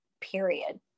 period